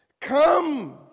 Come